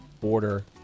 border